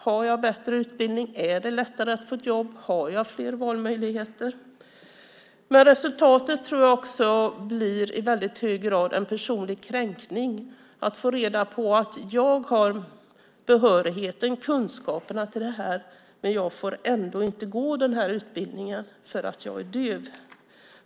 Har man bättre utbildning är det lättare att få jobb, och man har fler valmöjligheter. Resultatet tror jag i väldigt hög grad blir en personlig kränkning. Man får reda på att man har behörigheten och kunskaperna, men ändå inte får gå utbildningen för att man är döv.